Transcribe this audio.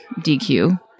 DQ